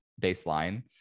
baseline